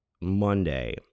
monday